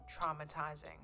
traumatizing